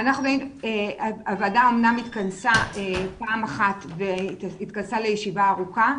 הוועדה אמנם התכנסה פעם אחת והתכנסה לישיבה ארוכה,